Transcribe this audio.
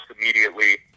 immediately